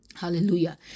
hallelujah